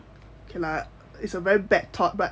okay lah it's a very bad thought but